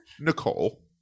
nicole